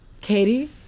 Katie